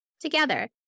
Together